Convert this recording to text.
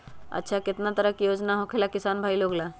अच्छा कितना तरह के योजना होखेला किसान भाई लोग ला?